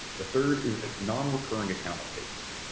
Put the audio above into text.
the third is non-recurring account updates.